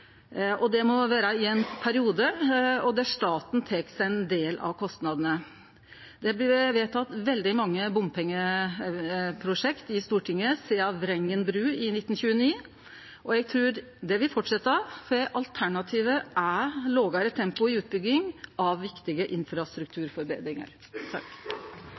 spleiselag. Det må vere for ein periode, der staten tek sin del av kostnadene. Det er blitt vedteke veldig mange bompengeprosjekt i Stortinget sidan Vrengen bru i 1929, og eg trur det vil fortsetja, for alternativet er lågare tempo i utbygging av viktige